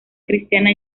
cristiana